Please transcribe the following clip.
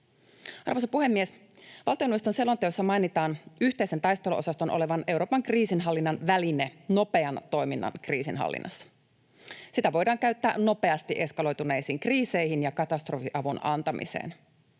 Arvoisa puhemies! Valtioneuvoston selonteossa mainitaan yhteisen taisteluosaston olevan Euroopan kriisinhallinnan väline nopean toiminnan kriisinhallinnassa. Sitä voidaan käyttää nopeasti eskaloituneisiin kriiseihin ja katastrofiavun antamiseen.